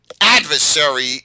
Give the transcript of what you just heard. adversary